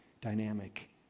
dynamic